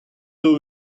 two